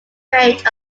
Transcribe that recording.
range